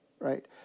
right